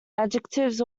adjectives